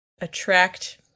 attract